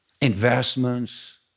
investments